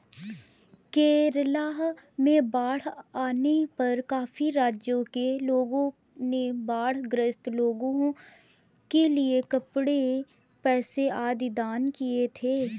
केरला में बाढ़ आने पर काफी राज्यों के लोगों ने बाढ़ ग्रस्त लोगों के लिए कपड़े, पैसे आदि दान किए थे